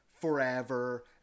forever